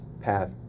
path